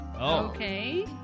Okay